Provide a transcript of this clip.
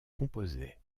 composaient